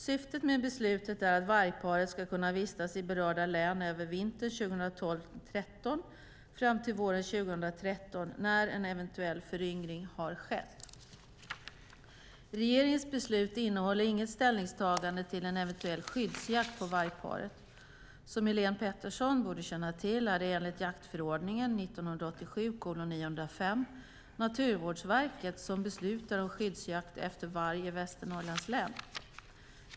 Syftet med beslutet är att vargparet ska kunna vistas i berörda län över vintern 2012/13 fram till våren 2013 när en eventuell föryngring har skett. Regeringens beslut innehåller inget ställningstagande om en eventuell skyddsjakt på vargparet. Som Helén Pettersson borde känna till är det enligt jaktförordningen Naturvårdsverket som beslutar om skyddsjakt efter varg i Västernorrlands län.